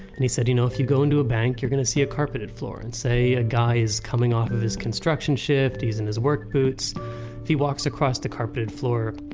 and he said, you know, if you go into a bank you're going to see a carpeted floor. and say a guy is coming off of his construction shift, he's in his work boots. if he walks across the carpeted floor,